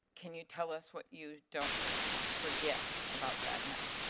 can you tell us what you don't forget about that night?